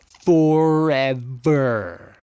forever